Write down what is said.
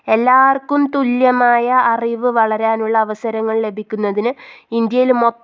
എല്ലാവർക്കും തുല്യമായ അറിവ് വളരാനുള്ള അവസരങ്ങൾ ലഭിക്കുന്നതിന് ഇന്ത്യയിൽ